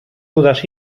dudas